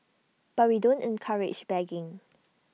but we don't encourage begging